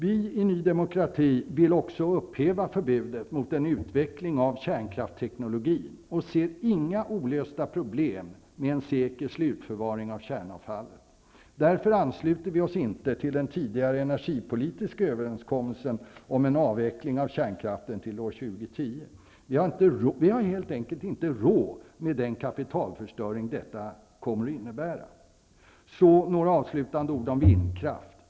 Vi i Ny demokrati vill också upphäva förbudet mot en utveckling av kärnkraftsteknologin och ser inga olösta problem med en säker slutförvaring av kärnavfallet. Därför ansluter vi oss inte till den tidigare energipolitiska överenskommelsen om en avveckling av kärnkraften till år 2010. Vi har helt enkelt inte råd med den kapitalförstöring detta kommer att innebära. Så några avslutande ord om vindkraft.